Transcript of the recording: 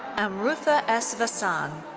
amrutha s. vasan.